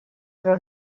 però